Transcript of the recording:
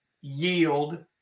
yield